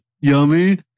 Yummy